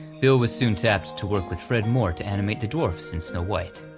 bill was soon tapped to work with fred moore to animate the dwarfs in snow white.